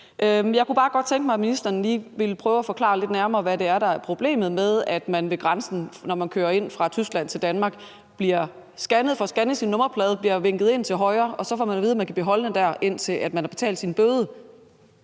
Jeg kunne bare godt tænke mig, at ministeren lige ville prøve at forklare lidt nærmere, hvad det er, der er problemet med, at man ved grænsen, når man kører ind fra Tyskland til Danmark, får scannet sin nummerplade, bliver vinket ind til højre, og så får man at vide, at man kan blive holdende der, indtil man har betalt sin bøde.